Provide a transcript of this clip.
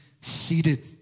seated